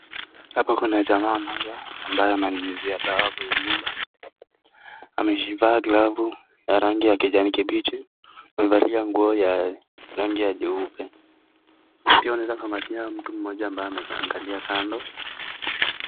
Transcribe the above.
Hapa kuna jamaa mmoja ambaye ananyunyizia dawa kwa hiyo nyumba. Amezivaa glavu za rangi ya kijani kibichi. Amevalia nguo ya rangi ya jeupe. Pia unaweza kuangalia mtu mmoja ambaye ameangalia kando.